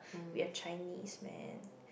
we're Chinese man